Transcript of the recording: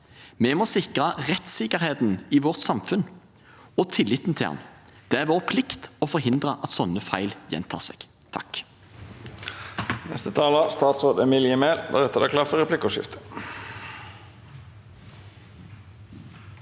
Vi må sikre rettssikkerheten i vårt samfunn og tilliten til den. Det er vår plikt å forhindre at sånne feil gjentar seg.